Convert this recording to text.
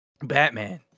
batman